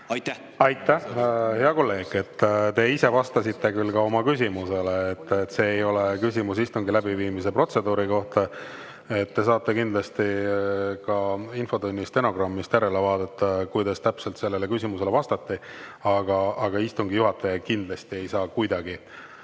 Aitäh! Hea kolleeg, te ise vastasite oma küsimusele, et see ei ole küsimus istungi läbiviimise protseduuri kohta. Te saate kindlasti ka infotunni stenogrammist järele vaadata, kuidas täpselt sellele küsimusele vastati, aga istungi juhataja kindlasti ei saa kuidagi